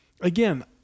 Again